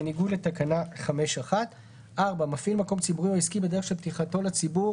בניגוד לתקנה 5(1); מפעיל מקום ציבורי או עסקי בדרך של פתיחתו לציבור,